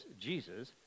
Jesus